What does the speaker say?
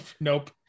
nope